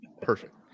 Perfect